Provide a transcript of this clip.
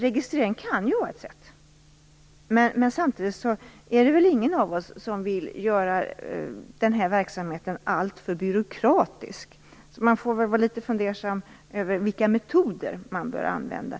Registrering kan vara ett sätt, men samtidigt är det väl ingen av oss som vill göra den här verksamheten alltför byråkratisk. Vi får väl fundera litet över vilka metoder som bör användas.